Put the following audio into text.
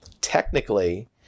technically